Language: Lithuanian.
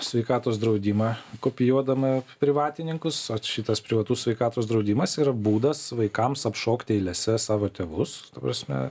sveikatos draudimą kopijuodama privatininkus ot šitas privatus sveikatos draudimas yra būdas vaikams apšokti eilėse savo tėvus ta prasme